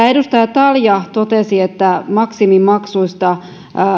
edustaja talja totesi että maksimimaksuista